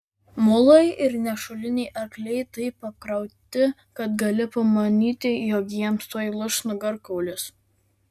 mulai ir nešuliniai arkliai taip apkrauti kad gali pamanyti jog jiems tuoj lūš nugarkaulis